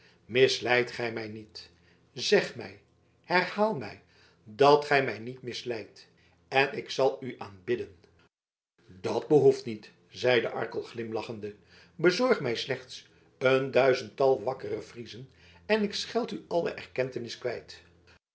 misleidt gij mij niet zeg mij herhaal mij dat gij mij niet misleidt en ik zal u aanbidden dat behoeft niet zeide arkel glimlachende bezorg mij slechts een duizendtal wakkere friezen en ik scheld u alle erkentenis kwijt